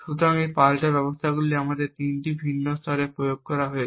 সুতরাং এই পাল্টা ব্যবস্থাগুলি তিনটি ভিন্ন স্তরে প্রয়োগ করা হয়েছে